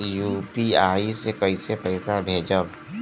UPI से कईसे पैसा भेजब?